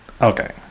okay